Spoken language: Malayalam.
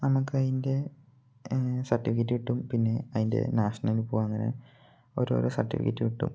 നമുക്ക് അതിൻ്റെ സർട്ടിഫിക്കറ്റ് കിട്ടും പിന്നേ അതിൻ്റെ നാഷണൽ പോവാം അങ്ങനെ ഓരോരോ സർട്ടിഫിക്കറ്റ് കിട്ടും